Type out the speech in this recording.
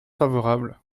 favorable